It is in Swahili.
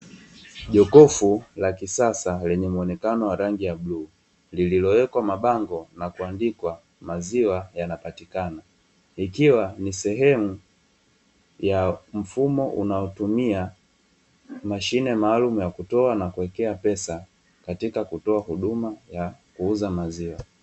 Jokofu la kisasa lenye mwonekano wa rangi ya bluu, lililowekwa mabango na kuandikwa maziwa yanapatikana, ikiwa ni sehemu ya mfumo unaotumia mashine maalumu ya kutoa na kuwekea pesa katika kutoa huduma ya kuuza maziwa.